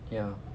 ya